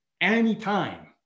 anytime